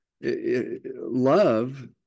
love